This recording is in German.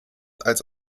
als